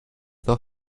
dos